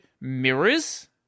mirrors